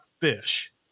fish